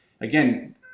again